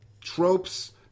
tropes